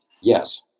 Yes